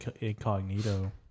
incognito